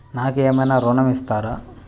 నాకు ఏమైనా ఋణం ఇస్తారా?